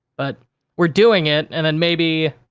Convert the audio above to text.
but we're doing it. and then, maybe,